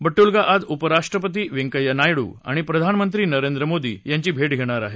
बटुलगा आज उपराष्ट्रपती व्यंकय्या नायडू आणि प्रधानमंत्री नरेंद्र मोदी यांची भेट घेणार आहेत